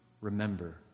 remember